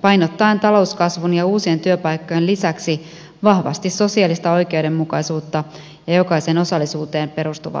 painottaen talouskasvun ja uusien työpaikkojen lisäksi vahvasti sosiaalista oikeudenmukaisuutta ja jokaisen osallisuuteen perustuvaa hyvinvointia